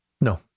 No